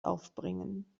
aufbringen